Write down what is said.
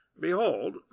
Behold